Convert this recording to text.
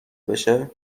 بشه